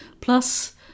Plus